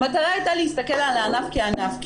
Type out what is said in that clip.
המטרה הייתה להסתכל על הענף כענף.